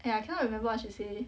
eh I cannot remember what she say